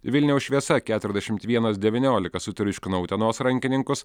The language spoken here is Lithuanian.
vilniaus šviesa keturiasdešimt vienas devyniolika sutriuškino utenos rankininkus